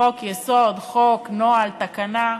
חוק-יסוד, חוק, נוהל, תקנה,